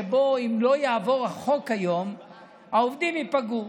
שבו אם לא יעבור החוק כיום העובדים ייפגעו,